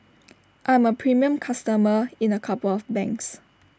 I'm A premium customer in A couple of banks